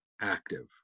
active